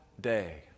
day